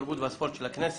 התרבות והספורט של הכנסת.